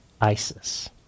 ISIS